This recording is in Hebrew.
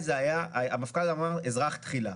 המפכ"ל אמר, אזרח תחילה.